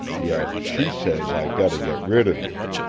yet she says i gotta get rid of you!